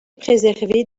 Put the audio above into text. préservée